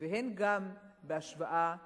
והן בהשוואה בין-לאומית.